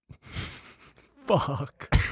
Fuck